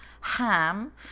ham